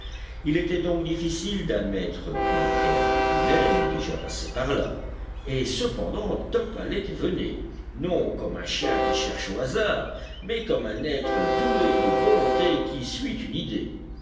il était donc difficile d'admettre qu'une créature humaine eût déjà passé par là et cependant top allait et venait non comme un chien qui cherche au hasard mais comme un être doué de volonté qui suit une idée